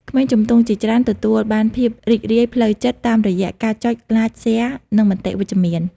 ក្មេងជំទង់ជាច្រើនទទួលបានភាពរីករាយផ្លូវចិត្តតាមរយៈ ការចុច ឡាច ស៊ែរ និងមតិវិជ្ជមាន។